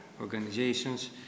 organizations